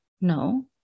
No